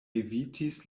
evitis